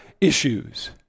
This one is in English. issues